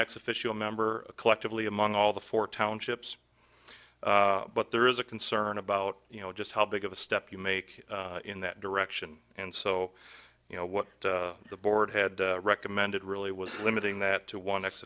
next official member collectively among all the four townships but there is a concern about you know just how big of a step you make in that direction and so you know what the board had recommended really was limiting that to one next